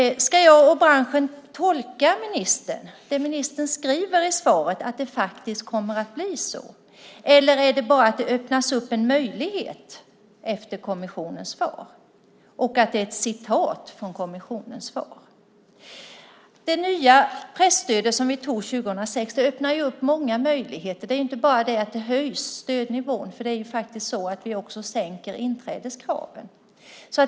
Ska jag och branschen tolka det ministern skriver i svaret som att det faktiskt kommer att bli så eller öppnas det bara upp en möjlighet efter kommissionens svar och det här är ett citat därifrån? Det nya presstödet som vi tog beslut om 2006 öppnar många möjligheter. Det är inte bara det att stödnivån höjs, vi sänker också inträdeskraven.